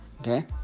okay